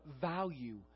value